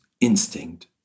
instinct